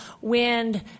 wind